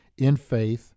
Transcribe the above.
infaith